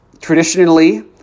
traditionally